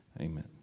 Amen